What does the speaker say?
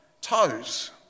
toes